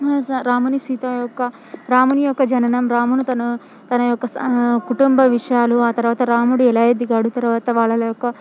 రాముడు సీత యొక్క రాముని యొక్క జననం రాముడు తన తన యొక్క సహ కుటుంబ విషయాలు ఆ తర్వాత రాముడు ఎలా ఎదిగాడు తర్వాత వాళ్ళ యొక్క